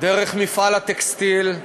דרך "מפעל הטקסטיל",